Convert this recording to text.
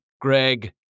Greg